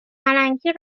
پلنگی